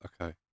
okay